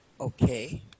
Okay